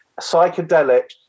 psychedelic